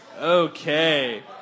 Okay